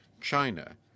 China